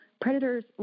predators